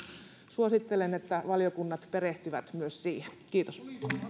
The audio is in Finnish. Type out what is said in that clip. suosittelen että valiokunnat perehtyvät myös siihen kiitos